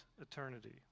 eternity